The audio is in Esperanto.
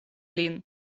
lin